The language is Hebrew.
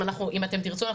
אם אתם תירצו,